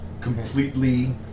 completely